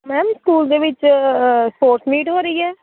ma'am school ਦੇ ਵਿੱਚ sports meet ਹੋ ਰਹੀ ਆ